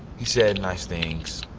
he said nice things.